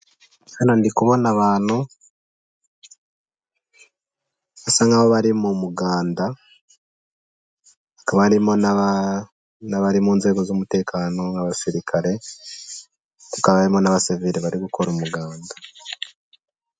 hano ndi kubona abantu, basa nk'aho bari mu muganda, hakaba harimo n'abari mu nzego z'umutekano nk'abasirikare, hakabamo n'abasivile bari gukora umuganda.